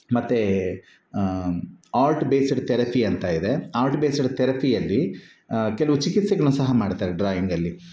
ಮತ್ತು art based therapy ಅಂತ ಇದೆ ಆರ್ಟ್ ಬೇಸ್ಡ್ ಥೆರಪಿಯಲ್ಲಿ ಕೆಲವು ಚಿಕಿತ್ಸೆಗಳನ್ನು ಸಹ ಮಾಡ್ತಾರೆ ಡ್ರಾಯಿಂಗಲ್ಲಿ